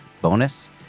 bonus